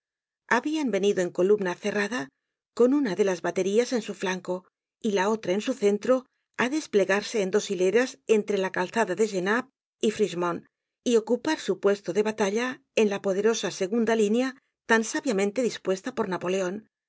habian venido en columna cerrada con una de las baterías en su flanco y la otra en su centro á desplegarse en dos hileras entre la calzada de genappe y fris chemont y ocupar su puesto de batalla en la poderosa segunda línea tan sábiamente dispuesta por napoleon